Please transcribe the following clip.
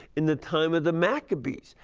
in the time of the maccabees.